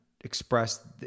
express